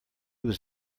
was